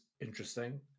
interesting